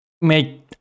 Make